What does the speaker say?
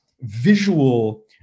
visual